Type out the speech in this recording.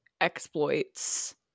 exploits